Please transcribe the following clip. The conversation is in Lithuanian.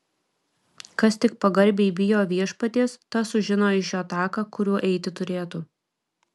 kas tik pagarbiai bijo viešpaties tas sužino iš jo taką kuriuo eiti turėtų